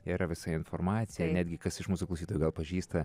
yra visa informacija netgi kas iš mūsų klausytojų gal pažįsta